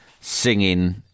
singing